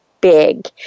big